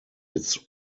its